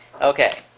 Okay